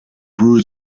brew